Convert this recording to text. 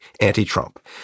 anti-Trump